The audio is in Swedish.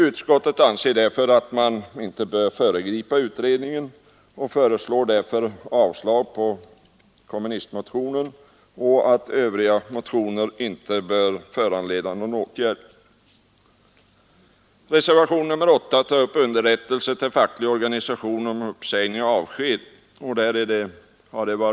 Utskottet anser därför att man inte bör föregripa utredningen och föreslår avslag på kommunistmotionen samt att övriga motioner inte bör föranleda någon åtgärd. Reservationen 8 tar upp frågan om underrättelse till facklig organisation om uppsägning och avskedande.